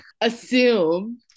assume